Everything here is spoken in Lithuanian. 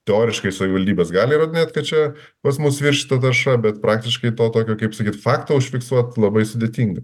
teoriškai savivaldybės gali įrodinėt kad čia pas mus višyta tarša bet praktiškai to tokio kaip sakyt fakto užfiksuot labai sudėtinga